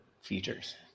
features